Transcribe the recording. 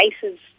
cases